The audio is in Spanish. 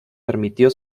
permitió